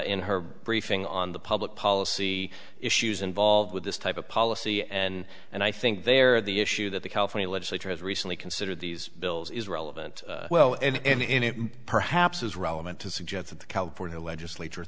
in her briefing on the public policy issues involved with this type of policy and and i think there the issue that the california legislature has recently considered these bills is relevant well and in it perhaps is relevant to suggest that the california legislature